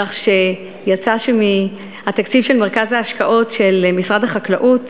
כך שיצא שמהתקציב של מרכז ההשקעות של משרד החקלאות